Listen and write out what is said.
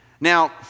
Now